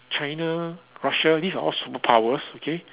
China Russia these are all superpowers okay